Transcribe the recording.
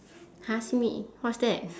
!huh! simi what's that